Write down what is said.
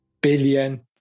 billion